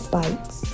bites